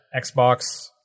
Xbox